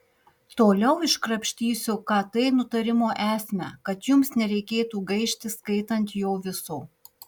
toliau iškrapštysiu kt nutarimo esmę kad jums nereikėtų gaišti skaitant jo viso